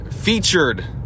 Featured